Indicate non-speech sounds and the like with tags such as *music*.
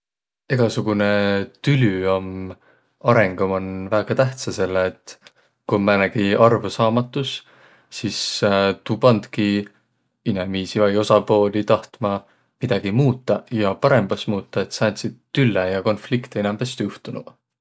Egäsugunõ tülü om arõngu man väega tähtsä, selle et ku om määnegi arvosaamatus, sis *hesitation* tuu pandki inemiisi vai osapuuli tahtma midägi muutaq ja parõmbas muutaq, et sääntsit tülle ja konfliktõ inämb es juhtunuq.